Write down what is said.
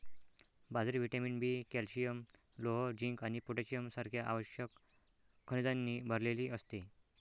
बाजरी vitamin B, calcium, लोह, zinc आणि पोटॅशियम सारख्या आवश्यक खनिजांनी भरलेली असते